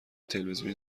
تلویزیونی